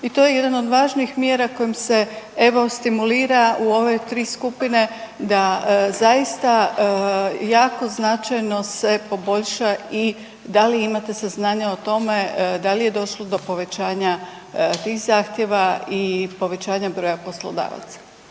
i to je jedan od važnijih mjera kojim se evo stimulira u ove 3 skupine da zaista jako značajno se poboljša i da li imate saznanja o tome da li je došlo do povećanja tih zahtjeva i povećanja broja poslodavaca?